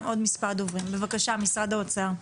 בבקשה משרד האוצר.